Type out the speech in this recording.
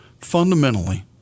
fundamentally